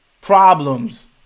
problems